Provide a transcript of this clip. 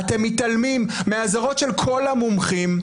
אתם מתעלמים מהאזהרות של כל המומחים.